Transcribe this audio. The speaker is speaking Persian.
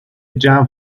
جمع